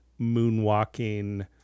moonwalking